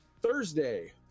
Thursday